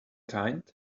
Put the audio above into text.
kind